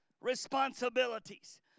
responsibilities